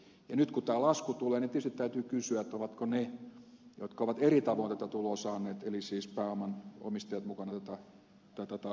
ja nyt kun tämä lasku tulee tietysti täytyy kysyä ovatko ne jotka ovat eri tavoin tätä tuloa saaneet eli siis pääoman omistajat mukana tätä taakkaa kantamassa